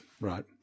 right